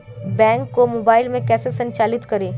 Bank को mobile में कैसे संचालित करें?